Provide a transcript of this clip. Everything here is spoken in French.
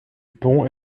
pont